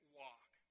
walk